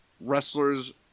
wrestler's